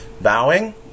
Bowing